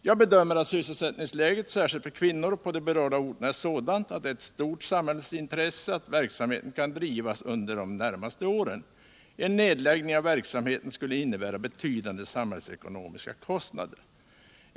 "Jag bedömer att sysselsättningsläget, särskilt för kvinnor, på de berörda orterna är sådant all det är ett stort samhällsintresse att verksamheten kan drivas vidare under de närmaste åren. En nedläggning av verksamheten skulle innebära betydande samhällsekonomiska kostnader.